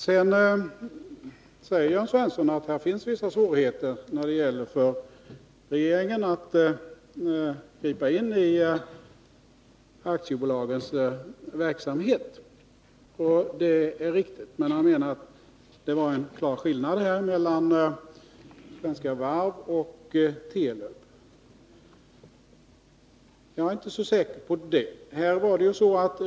Sedan sade Jörn Svensson att det finns vissa svårigheter för regeringen att gripa in i aktiebolagens verksamhet. Det är riktigt. Men han menade att det förelåg en klar skillnad mellan Svenska Varv och Telub. Jag är inte så säker Nr 146 på det.